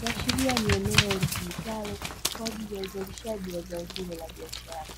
kuashiria ni eneo litumikalo kwa ajili ya uzalishaji wa zao hilo la biashara.